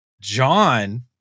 John